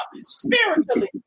spiritually